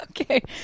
okay